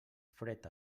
fred